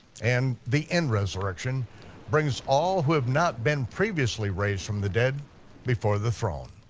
and the end resurrection brings all who have not been previously raised from the dead before the throne.